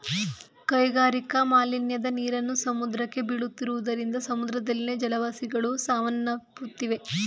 ಕೈಗಾರಿಕಾ ಮಾಲಿನ್ಯದ ನೀರನ್ನು ಸಮುದ್ರಕ್ಕೆ ಬೀಳುತ್ತಿರುವುದರಿಂದ ಸಮುದ್ರದಲ್ಲಿನ ಜಲವಾಸಿಗಳು ಸಾವನ್ನಪ್ಪುತ್ತಿವೆ